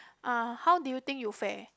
ah how did you think you fair